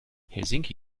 helsinki